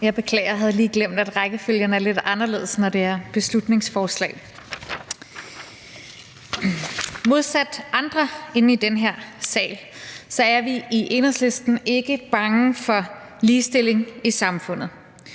Jeg beklager. Jeg havde lige glemt, at rækkefølgen er lidt anderledes, når det er et beslutningsforslag. Modsat andre i den her sal er vi i Enhedslisten ikke bange for ligestillingen i samfundet.